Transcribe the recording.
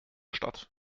stadt